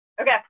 Okay